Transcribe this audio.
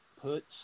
puts